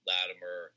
Latimer